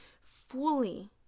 fully